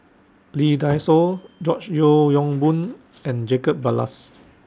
Lee Dai Soh George Yeo Yong Boon and Jacob Ballas